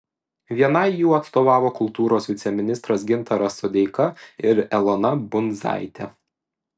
vienai jų atstovavo kultūros viceministras gintaras sodeika ir elona bundzaitė